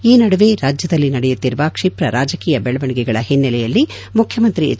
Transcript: ಈ ನಡುವೆ ರಾಜ್ಯದಲ್ಲಿ ನಡೆಯುತ್ತಿರುವ ಕ್ಷಿಪ್ರ ರಾಜಕೀಯ ಬೆಳವಣಿಗೆಗಳ ಹಿನ್ನೆಲೆಯಲ್ಲಿ ಮುಖ್ಯಮಂತ್ರಿ ಎಚ್